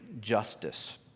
justice